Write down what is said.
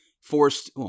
forced